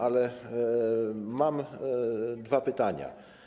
Ale mam dwa pytania.